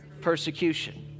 persecution